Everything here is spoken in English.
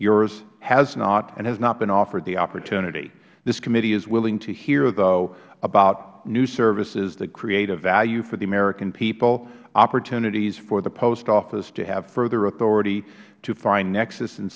your has not and has not been offered the opportunity this committee is willing to hear though about new services that create a value for the american people opportunities for the post office to have further authority to find nexus